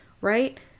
right